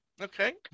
Okay